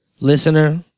Listener